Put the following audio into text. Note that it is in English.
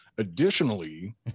Additionally